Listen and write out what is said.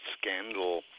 scandal